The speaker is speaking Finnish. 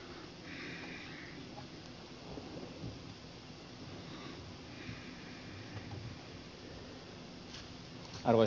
arvoisa puhemies